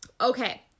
Okay